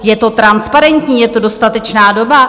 Je to transparentní, je to dostatečná doba?